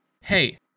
hey